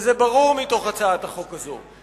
וזה ברור מהצעת החוק הזאת,